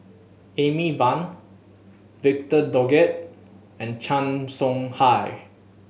Amy Van Victor Doggett and Chan Soh Ha